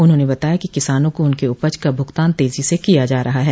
उन्होंने बताया कि किसानों को उनके उपज का भुगतान तेजी से किया जा रहा है